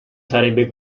sarebbe